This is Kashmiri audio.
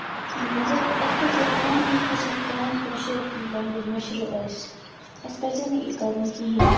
مَگر اَسہِ کیاہ کٔر کٲم یہِ پَنٕنۍ کٲشِر لینگویج مٔشرٲو اَسہِ پَزِہا نہٕ یہِ کَرُن کِہیںۍ